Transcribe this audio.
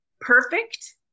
perfect